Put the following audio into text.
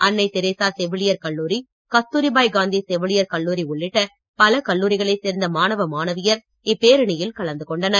அன்னை தெரெசா செவிலியர் கல்லூரி கஸ்தூரிபாய் காந்தி செவிலியர் கல்லூரி உள்ளிட்ட பல கல்லூரிகளை சேர்ந்த மாணவ மாணவியர் இப்பேரணியில் கலந்து கொண்டனர்